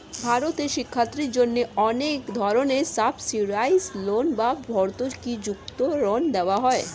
ভারতে শিক্ষার্থীদের জন্য অনেক ধরনের সাবসিডাইসড লোন বা ভর্তুকিযুক্ত ঋণ দেওয়া হয়